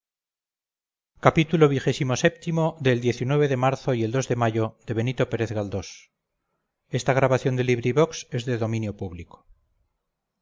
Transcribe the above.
xxvi xxvii xxviii de marzo y el de mayo de